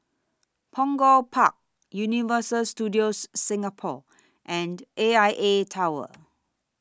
Punggol Park Universal Studios Singapore and A I A Tower